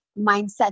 mindset